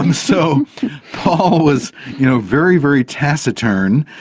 um so paul was you know very, very taciturn.